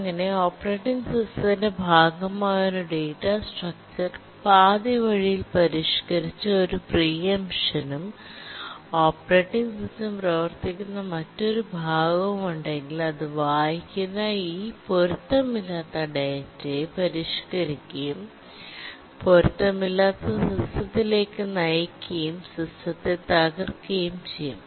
അങ്ങനെ ഓപ്പറേറ്റിംഗ് സിസ്റ്റത്തിന്റെ ഭാഗമായ ഒരു ഡാറ്റാ സ്ട്രക്ചർ പാതിവഴിയിൽ പരിഷ്കരിച്ച് ഒരു പ്രീ എംപ്ഷനും ഓപ്പറേറ്റിംഗ് സിസ്റ്റം പ്രവർത്തിക്കുന്ന മറ്റൊരു ഭാഗവും ഉണ്ടെങ്കിൽ അത് വായിക്കുന്ന ഈ പൊരുത്തമില്ലാത്ത ഡാറ്റയെ പരിഷ്കരിക്കുകയും പൊരുത്തമില്ലാത്ത സിസ്റ്റത്തിലേക്ക് നയിക്കുകയും സിസ്റ്റത്തെ തകർക്കുകയും ചെയ്യും